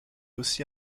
aussi